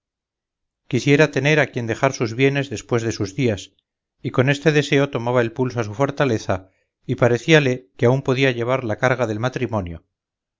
quisiera tener a quien dejar sus bienes después de sus días y con este deseo tomaba el pulso a su fortaleza y parecíale que aún podía llevar la carga del matrimonio